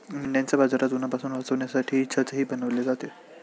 मेंढ्यांच्या बाजारात उन्हापासून वाचण्यासाठी छतही बनवले जाते